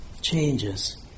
changes